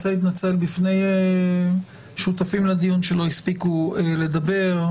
אני רוצה להתנצל בפני שותפים לדיון שלא הספיקו לדבר.